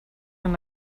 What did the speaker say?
una